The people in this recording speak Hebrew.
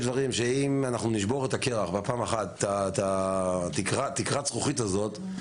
שאם אנחנו נשבור את הקרח ואת תקרת הזכוכית הזאת,